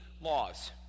laws